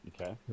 okay